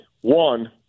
one